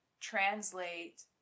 translate